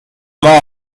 ماه